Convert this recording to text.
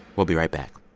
we'll be right back